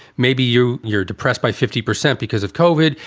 maybe you you're depressed by fifty percent because of coheed.